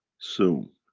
soon